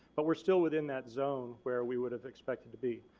but were still within that zone where we would have expected to be.